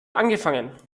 angefangen